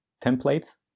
templates